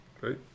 right